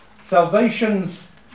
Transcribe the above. Salvation's